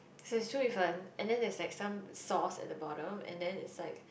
so it's 粗米粉 and then there's like some sauce at the bottom and then it's like